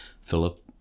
Philip